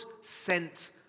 Sent